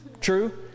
True